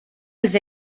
els